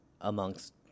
amongst